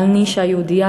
אבל אני אישה יהודייה.